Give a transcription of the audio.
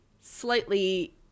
slightly